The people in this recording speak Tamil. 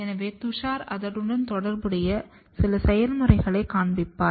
எனவே துஷார் அதனுடன் தொடர்புடைய சில செயல்முறைகளைக் காண்பிப்பார்